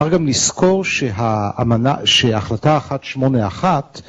אבל גם לזכור שהאמנה, שהחלטה 181